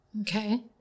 Okay